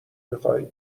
میخوای